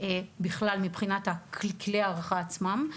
בכלל מבחינת כלי ההערכה עצמם,